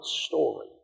story